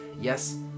yes